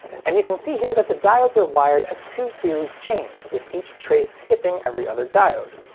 and you can see here that the diodes are wired as two series chains, with each trace skipping every other diode.